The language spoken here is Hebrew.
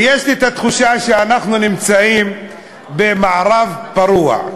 ויש לי תחושה שאנחנו נמצאים במערב פרוע.